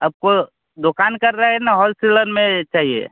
आपको दुकान कर रहे न होलसेलर में चाहिए